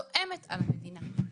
זועמת על המדינה.